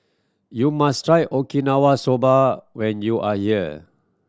you must try Okinawa Soba when you are here